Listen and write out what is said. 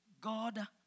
God